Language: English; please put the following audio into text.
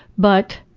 but,